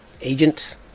agent